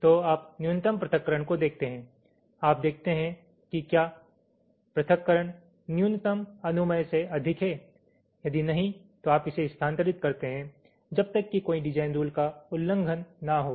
तो आप न्यूनतम पृथक्करण को देखते हैं आप देखते हैं कि क्या पृथक्करण न्यूनतम अनुमेय से अधिक है यदि नहीं तो आप इसे स्थानांतरित करते हैं जब तक कि कोई डिज़ाइन रुल का उल्लंघन न हो